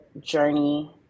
journey